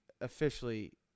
officially